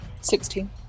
Sixteen